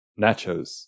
nachos